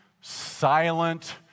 silent